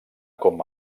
com